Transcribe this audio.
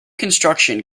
construction